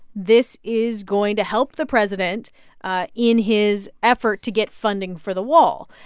this is going to help the president ah in his effort to get funding for the wall.